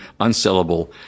unsellable